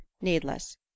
needless